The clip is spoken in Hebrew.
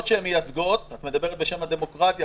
שהן מייצגות את מדברת בשם הדמוקרטיה,